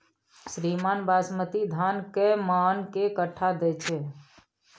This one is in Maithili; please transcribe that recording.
श्रीमान बासमती धान कैए मअन के कट्ठा दैय छैय?